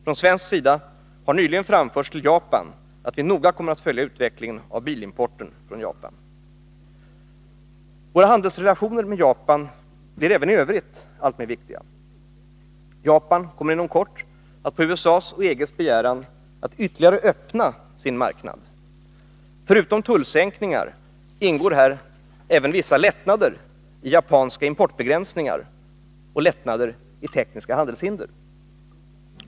Från svensk sida har nyligen framförts till Japan att vi noga kommer att följa utvecklingen av bilimporten från Japan. Våra handelsrelationer med Japan blir även i övrigt alltmer viktiga. Japan kommer inom kort att på USA:s och EG:s begäran ytterligare öppna sin marknad. Förutom tullsänkningar ingår här även vissa lättnader i japanska importbegränsningar och tekniska handelshinder.